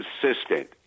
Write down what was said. consistent